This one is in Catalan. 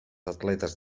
atletes